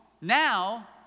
Now